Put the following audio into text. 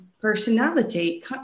personality